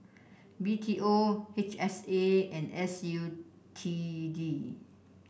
B T O H S A and S U T D